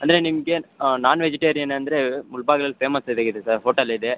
ಅಂದರೆ ನಿಮಗೆ non vegetarian ಅಂದರೆ ಮೂಳ್ಬಾಗಿಲಲ್ಲಿ ಫೇಮಸ್ ಇದೆ ಸರ್ ಹೋಟಲ್ ಇದೆ